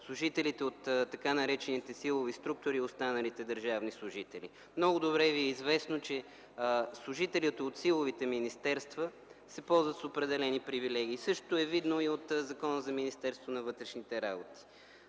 служителите от така наречените силови структури и останалите държавни служители. Много добре ви е известно, че служителят от силовите министерства се ползва с определени привилегии. Същото е видно и от Закона за Министерството на вътрешните работи.